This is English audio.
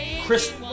chris